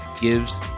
gives